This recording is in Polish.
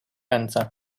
ręce